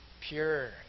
pure